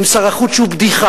עם שר חוץ שהוא בדיחה.